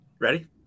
Ready